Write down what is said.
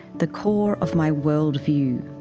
the core of my world view.